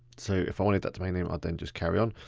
so if i wanted that domain name, i'll then just carry on.